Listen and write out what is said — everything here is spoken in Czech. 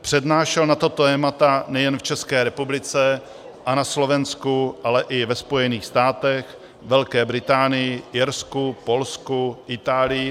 Přednášel na tato témata nejen v České republice a na Slovensku, ale i ve Spojených státech, Velké Británii, Irsku, Polsku, Itálii